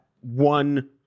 one